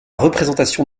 représentation